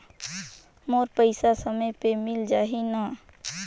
मोर पइसा समय पे मिल जाही न?